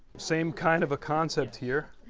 same kind of a concept here.